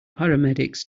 paramedics